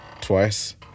twice